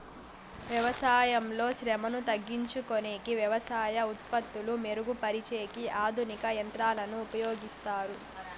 వ్యవసాయంలో శ్రమను తగ్గించుకొనేకి వ్యవసాయ ఉత్పత్తులు మెరుగు పరిచేకి ఆధునిక యంత్రాలను ఉపయోగిస్తారు